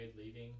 leaving